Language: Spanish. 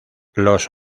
los